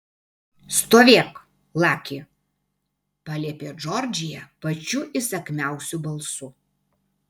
stovėk laki paliepė džordžija pačiu įsakmiausiu balsu